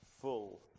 full